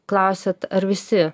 klausiat ar visi